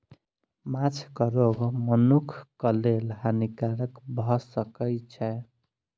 माँछक रोग मनुखक लेल हानिकारक भअ सकै छै